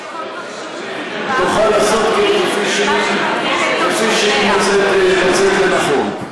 שכל רשות תקבע מה, כפי שהיא מוצאת לנכון.